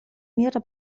мира